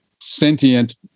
sentient